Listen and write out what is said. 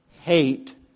hate